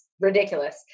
ridiculous